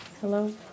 Hello